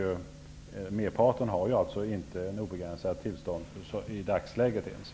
Merparten har alltså inte ens i dagsläget obegränsat tillstånd.